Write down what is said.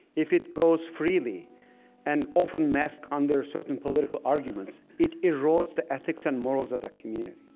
if it goes freely and often masked under certain political arguments, it erodes the ethics and morals of that community.